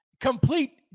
Complete